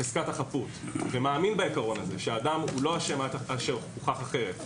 לחזקת החפות ומאמין בעיקרון הזה שהאדם הוא לא אשם עד שהוכח אחרת,